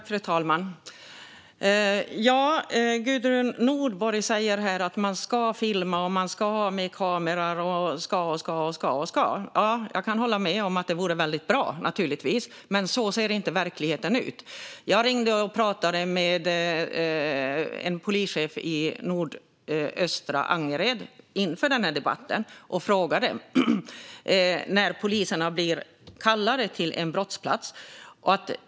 Fru talman! Gudrun Nordborg säger här att man ska filma och ska ha med kameror och ska och ska och ska. Ja, jag kan hålla med om att det vore väldigt bra. Men så ser inte verkligheten ut. Inför den här debatten ringde jag och pratade med en polischef i nordöstra Angered. Jag frågade om när poliserna blir kallade till en brottsplats.